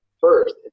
first